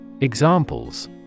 Examples